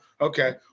Okay